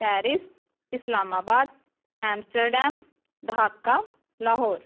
Paris Islamabad Amsterdam Dhaka Lahore